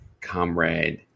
comrade